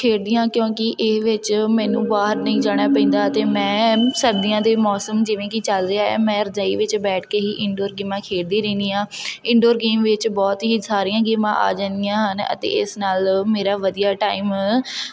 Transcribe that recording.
ਖੇਡਦੀ ਹਾਂ ਕਿਉਂਕਿ ਇਸ ਵਿੱਚ ਮੈਨੂੰ ਬਾਹਰ ਨਹੀਂ ਜਾਣਾ ਪੈਂਦਾ ਅਤੇ ਮੈਂ ਸਰਦੀਆਂ ਦੇ ਮੌਸਮ ਜਿਵੇਂ ਕਿ ਚੱਲ ਰਿਹਾ ਹੈ ਮੈਂ ਰਜਾਈ ਵਿੱਚ ਬੈਠ ਕੇ ਹੀ ਇਨਡੋਰ ਗੇਮਾਂ ਖੇਡਦੀ ਰਹਿੰਦੀ ਹਾਂ ਇਨਡੋਰ ਗੇਮ ਵਿੱਚ ਬਹੁਤ ਹੀ ਸਾਰੀਆਂ ਗੇਮਾਂ ਆ ਜਾਂਦੀਆਂ ਹਨ ਅਤੇ ਇਸ ਨਾਲ ਮੇਰਾ ਵਧੀਆ ਟਾਈਮ